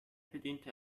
bediente